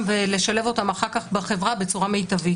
ולשלב אותם אחר כך בחברה בצורה מיטבית.